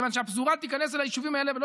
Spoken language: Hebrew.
מכיוון שהפזורה תיכנס אל היישובים האלה ולא